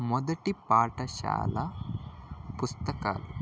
మొదటి పాఠశాల పుస్తకాలు